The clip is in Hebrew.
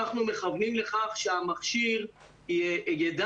אנחנו מכוונים לכך שהמכשיר ידע,